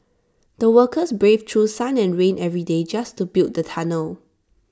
the workers braved through sun and rain every day just to build the tunnel